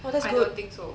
well that's good thing